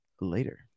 later